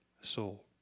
soul